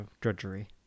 drudgery